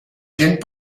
gent